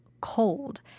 cold